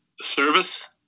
service